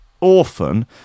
orphan